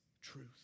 truth